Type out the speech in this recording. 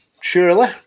surely